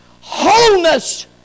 Wholeness